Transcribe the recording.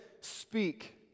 Speak